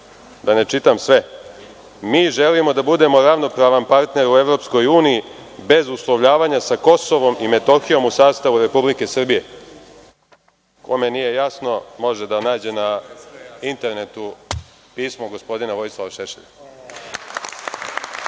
da ne čitam sve: „mi želimo da budemo ravnopravan partner u EU bez uslovljavanja sa KiM u sastavu Republike Srbije“. Kome nije jasno, može da nađe na internetu pismo gospodina Vojislava Šešelja.